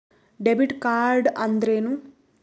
Debit ಕಾರ್ಡ್ಅಂದರೇನು?